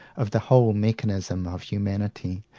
of the whole mechanism of humanity,